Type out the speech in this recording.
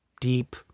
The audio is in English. deep